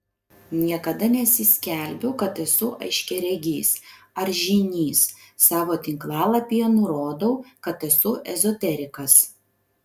niekada nesiskelbiu kad esu aiškiaregis ar žynys savo tinklalapyje nurodau kad esu ezoterikas